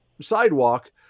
sidewalk